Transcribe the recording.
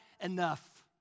enough